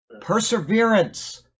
perseverance